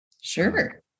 Sure